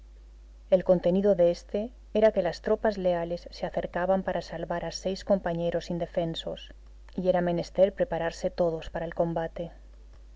el contenido de éste era que las tropas leales se acercaban para salvar a seis compañeros indefensos y era menester prepararse todos para el combate